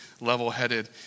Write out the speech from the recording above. level-headed